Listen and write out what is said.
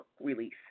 release